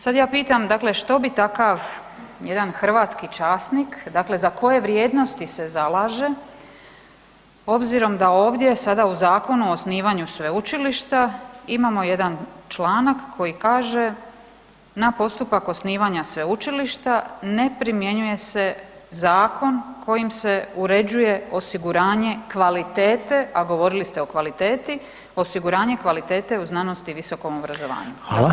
Sad ja pitam dakle što bi takav jedan hrvatski časnik dakle za koje vrijednosti se zalaže obzirom da ovdje sada u Zakonu o osnivanju sveučilišta imamo jedan članak koji kaže „na postupak osnivanja sveučilišta ne primjenjuje se zakon kojim se uređuje osiguranje kvalitete“, a govorili ste o kvaliteti „osiguranje kvalitete u znanosti i visokom obrazovanju“